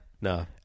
no